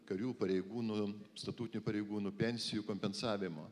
karių pareigūnų statutinių pareigūnų pensijų kompensavimo